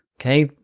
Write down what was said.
okay,